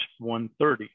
130